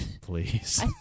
Please